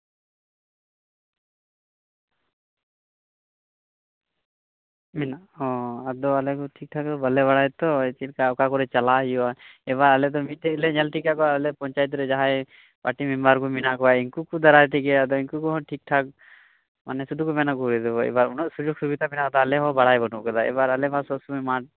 ᱢᱮᱱᱟᱜᱼᱟ ᱟᱫᱚ ᱟᱞᱮ ᱫᱚ ᱴᱷᱤᱠᱼᱴᱷᱟᱠ ᱫᱚ ᱵᱟᱞᱮ ᱵᱟᱲᱟᱭᱟᱛᱚ ᱪᱮᱫᱞᱮᱠᱟ ᱚᱠᱟ ᱠᱚᱨᱮ ᱪᱟᱞᱟᱜ ᱦᱩᱭᱩᱜᱼᱟ ᱮᱵᱟᱨ ᱟᱞᱮ ᱫᱚ ᱢᱤᱫᱴᱮᱡ ᱜᱮᱞᱮ ᱧᱮᱞ ᱴᱷᱤᱠ ᱠᱟᱫ ᱠᱚᱣᱟ ᱟᱞᱮ ᱯᱚᱧᱪᱟᱭᱮᱛ ᱨᱮ ᱡᱟᱦᱟᱸᱭ ᱯᱟᱴᱤ ᱢᱮᱢᱵᱟᱨ ᱢᱮᱱᱟᱜ ᱠᱚᱣᱟ ᱤᱱᱠᱩ ᱠᱚ ᱫᱟᱨᱟᱭ ᱛᱮᱜᱮ ᱟᱫᱚ ᱤᱱᱠᱩ ᱦᱚᱸ ᱴᱷᱤᱠᱼᱴᱷᱟᱠ ᱢᱟᱱᱮ ᱥᱩᱫᱩ ᱠᱚ ᱢᱮᱟ ᱠᱚᱨᱮ ᱫᱤᱵᱚ ᱮᱵᱟᱨ ᱩᱱᱟᱹᱜ ᱥᱩᱡᱳᱜᱽ ᱥᱩᱵᱤᱫᱟ ᱢᱮᱱᱟᱜ ᱠᱟᱫᱟ ᱟᱫᱚ ᱟᱞᱮ ᱦᱚᱸ ᱵᱟᱲᱟᱭ ᱵᱟᱱᱩᱜ ᱠᱟᱫᱟ ᱮᱵᱟᱨ ᱟᱞᱮ ᱢᱟ ᱥᱚᱵᱥᱚᱢᱚᱭ ᱢᱟᱴᱷ ᱥᱮᱛᱟᱜ ᱦᱚᱸ ᱟᱨ ᱟᱭᱩᱵ ᱦᱚᱸ ᱢᱟᱴᱷ